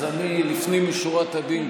אז לפנים משורת הדין,